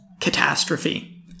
catastrophe